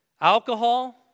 alcohol